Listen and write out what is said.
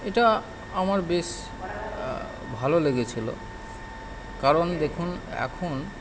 এটা আমার বেশ ভালো লেগেছিল কারণ দেখুন এখন